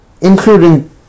including